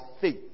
faith